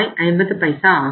5 ஆகும்